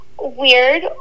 weird